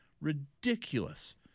ridiculous